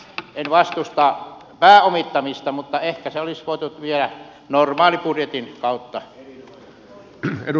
en vastusta pääomittamista mutta ehkä se olisi voitu viedä normaalibudjetin kautta